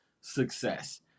success